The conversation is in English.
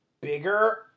bigger